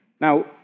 Now